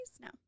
No